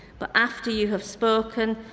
but after you have spoken,